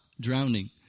drowning